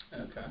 Okay